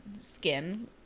skin